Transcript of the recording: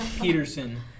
Peterson